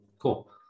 Cool